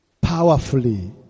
powerfully